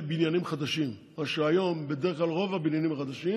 והיא הביאה לשיפור כושר התחרות של ספקי הגז הקטנים,